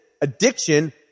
addiction